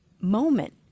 moment